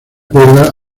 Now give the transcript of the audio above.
cuerda